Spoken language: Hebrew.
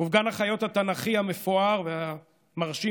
ובגן החיות התנ"כי המפואר והמרשים,